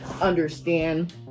understand